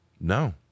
no